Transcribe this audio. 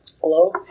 hello